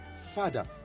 Father